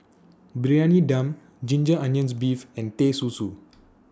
Briyani Dum Ginger Onions Beef and Teh Susu